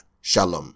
Shalom